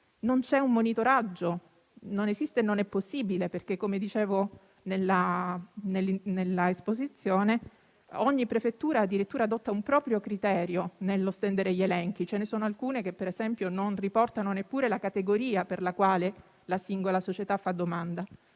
non c'è un monitoraggio, non esiste e non è possibile perché, come ho detto nell'illustrazione, ogni prefettura addirittura adotta un proprio criterio nello stendere gli elenchi. Ce ne sono alcune che, ad esempio, non riportano neppure la categoria per la quale la singola società fa domanda.